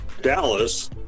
Dallas